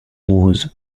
wars